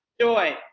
Joy